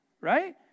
right